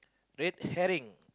red herring